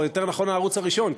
או יותר נכון הערוץ הראשון,